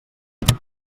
tasta